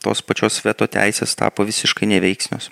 tos pačios veto teisės tapo visiškai neveiksmios